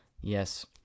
yes